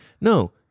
No